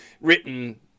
written